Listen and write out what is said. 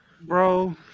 Bro